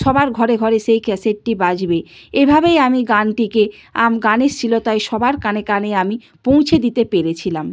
সবার ঘরে ঘরে সেই ক্যাসেটটি বাজবে এভাবেই আমি গানটিকে আম গানের শ্রীলতায় সবার কানে কানে আমি পৌঁছে দিতে পেরেছিলাম